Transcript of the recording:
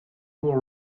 more